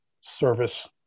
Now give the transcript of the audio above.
service